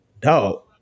dog